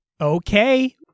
Okay